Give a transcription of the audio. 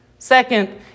Second